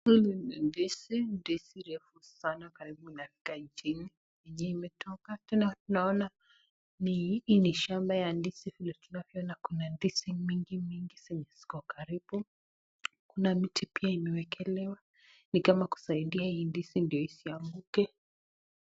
Hii ni ndizi, ndizi refu sana karibu inafika chini juu imetoka, tena tunaona hii ni shamba ya ndizi vile tunavyoona kuna ndizi mingi mingi zenye ziko karibu, kuna miti pia imewekelewa ni kama kusaidia hii ndizi ndo isianguke.